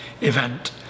event